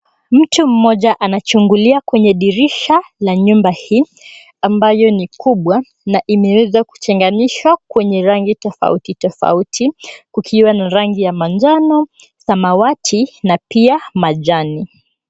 Mtu mmoja anachungulia kwenye dirisha la nyumba hii ambayo ni kubwa na imeweza kutenganishwa kwenye rangi tofauti tofauti kukiwa na rangi ya manjano, samawati na pia majani.